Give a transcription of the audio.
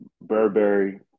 Burberry